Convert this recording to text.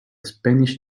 spanish